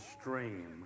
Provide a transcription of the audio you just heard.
stream